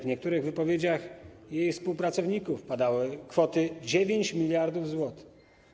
W niektórych wypowiedziach jej współpracowników padały kwoty 9 mld zł.